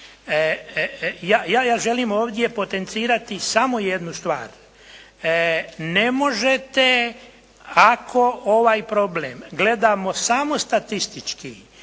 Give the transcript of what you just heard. ja želim ovdje potencirati samo jednu stvar. Ne možete, ako ovaj problem gledamo samo statistički